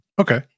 Okay